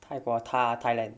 泰国 thai~ thailand